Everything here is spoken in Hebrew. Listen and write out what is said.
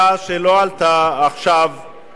של חבר הכנסת מגלי והבה וקבוצת חברי